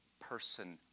person